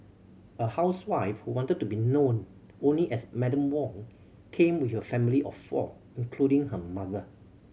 a housewife who wanted to be known only as Madam Wong came with her family of four including her mother